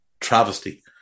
travesty